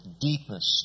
deepest